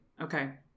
Okay